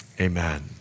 Amen